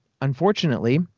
unfortunately